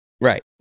right